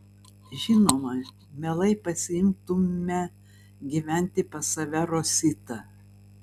žinoma mielai pasiimtume gyventi pas save rositą